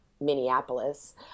Minneapolis